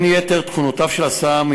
בין יתר תכונותיו של הסם,